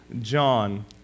John